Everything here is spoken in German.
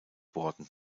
worden